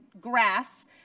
grass